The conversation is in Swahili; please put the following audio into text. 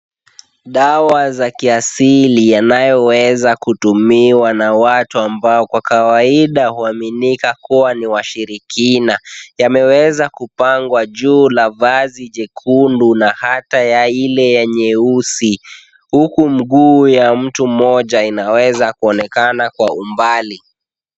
Dawa za kiasili yanayoweza kutumiwa na watu ambao kwa kawaida huaminika kuwa ni washirikina yameweza kupangwa juu ya vazi jekundu na hata ya Ile ya nyeusi. Huku mguu ya mtu mmoja inaweza kuonekana kwa umbali.